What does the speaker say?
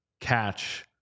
catch